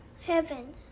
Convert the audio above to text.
Heaven